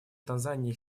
танзания